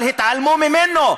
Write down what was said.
אבל התעלמו ממנו.